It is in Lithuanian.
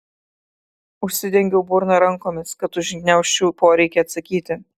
užsidengiau burną rankomis kad užgniaužčiau poreikį atsakyti